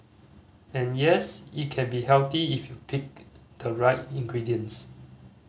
and yes it can be healthy if you pick the right ingredients